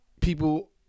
people